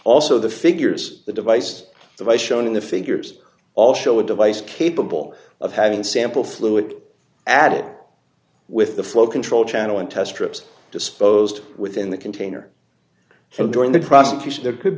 also the figures the device device shown in the figures all show a device capable of having sample fluid added with the flow control channel and test trips disposed within the container and during the prosecution there could